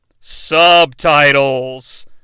subtitles